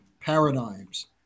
paradigms